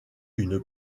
une